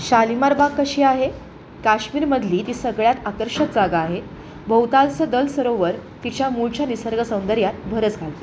शालीमार बाग कशी आहे काश्मीरमधली ती सगळ्यात आकर्षक जागा आहे भोवतालचं दल सरोवर तिच्या मूळच्या निसर्ग सौदर्यात भरच घालते